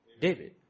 David